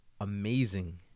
amazing